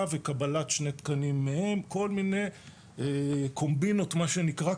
וקבלת שני תקנים מהם כל מיני קומבינות מה שנקרא,